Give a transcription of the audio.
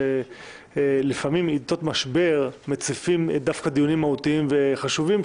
שלפעמים עיתות משבר מציפות דווקא דיונים מהותיים וחשובים,